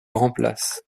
remplace